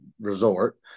resort